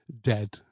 dead